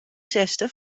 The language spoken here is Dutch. zesde